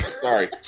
sorry